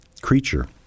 creature